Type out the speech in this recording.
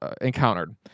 encountered